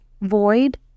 void